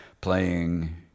playing